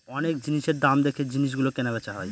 অনেক জিনিসের দাম দেখে জিনিস গুলো কেনা বেচা হয়